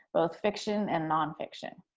both fiction and nonfiction?